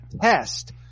test